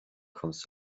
kommst